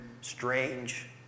strange